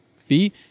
fee